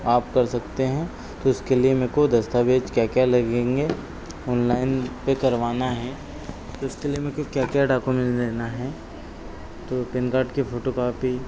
आप कर सकते हैं तो उसके लिए मेरे को दस्तावेज़ क्या क्या लगेंगे ऑनलाइन पर करवाना है तो उसके लिए मेरे को क्या क्या डॉक्यूमेन्ट देना है तो पैन कार्ड की फ़ोटोकॉपी